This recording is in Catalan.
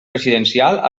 presidencial